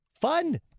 fun